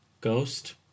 Ghost